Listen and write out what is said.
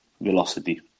velocity